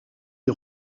est